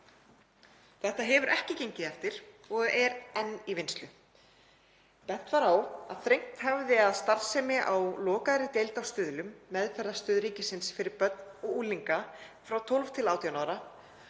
Þetta hefur ekki gengið eftir og er enn í vinnslu. Bent var á að þrengt hefði að starfsemi á lokaðri deild á Stuðlum, meðferðarstöð ríkisins fyrir börn og unglinga frá 12–18 ára,